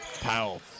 Powell